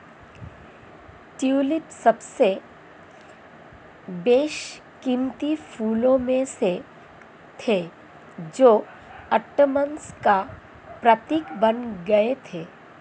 tulip सबसे बेशकीमती फूलों में से थे जो ओटोमन्स का प्रतीक बन गए थे